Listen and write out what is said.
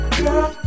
girl